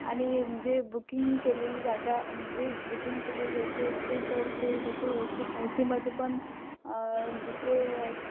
आणि जे बुकींग केलेले जागा जे बुकींग केलेले रेल्वे असते तर ते त्याचे ए शी ए सीमध्ये पण दुसरे